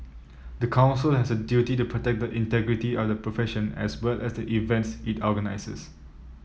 the Council has a duty to protect the integrity of the profession as well as the events it organises